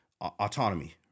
Autonomy